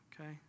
okay